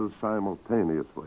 simultaneously